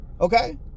okay